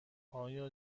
آیا